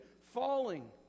falling